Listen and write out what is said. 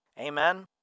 Amen